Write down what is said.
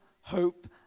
hope